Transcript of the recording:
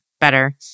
better